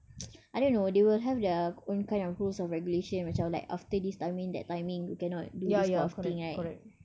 I don't know they will have their own kind of rules and regulation macam like after this timing that timing you cannot do this kind of thing right